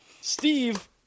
Steve